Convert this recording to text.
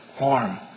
Warm